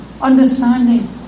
understanding